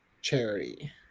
Charity